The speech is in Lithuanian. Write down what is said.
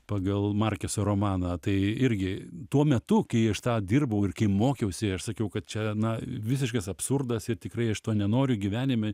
pagal markeso romaną tai irgi tuo metu kai aš tą dirbau ir kai mokiausi aš sakiau kad čia na visiškas absurdas ir tikrai aš to nenoriu gyvenime